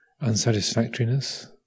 unsatisfactoriness